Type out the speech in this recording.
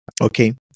Okay